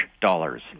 dollars